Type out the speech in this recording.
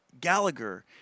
Gallagher